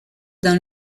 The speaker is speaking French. dans